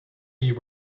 you